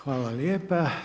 Hvala lijepa.